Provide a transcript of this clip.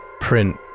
print